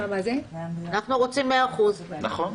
אנחנו רוצים 100%. נכון.